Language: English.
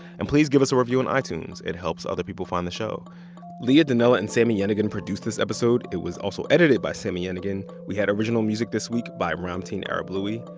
and please give us a review on itunes. it helps other people find the show leah donnella and sami yenigun produced this episode. it was also edited by sami yenigun. we had original music this week by ramtin arablouei.